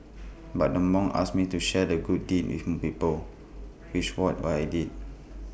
but the monk asked me to share the good deed with people which what what I did